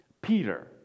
Peter